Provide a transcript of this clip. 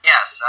Yes